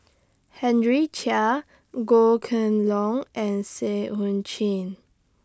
Henry Chia Goh Kheng Long and Seah EU Chin